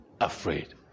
afraid